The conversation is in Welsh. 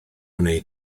wnei